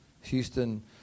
Houston